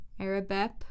Arabep